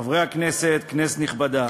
חברי הכנסת, כנסת נכבדה,